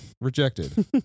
Rejected